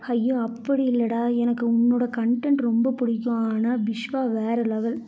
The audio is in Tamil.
ஐயோ அப்படி இல்லைடா எனக்கு உன்னோடய கண்டன்ட் ரொம்ப பிடிக்கும் ஆனால் விஷ்வா வேறு லெவல்